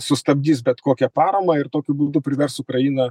sustabdys bet kokią paramą ir tokiu būdu privers ukrainą